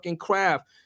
craft